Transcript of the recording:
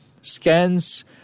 scans